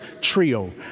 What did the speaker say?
trio